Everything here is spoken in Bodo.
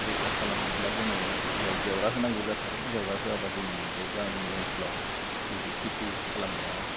रैखा खालामनोब्ला जोङो जेवरा होनांगौ जाथारो जेवरा होआब्ला जोंनि बे गामि ओनसोलाव बिदि खेथि खालामनो हाया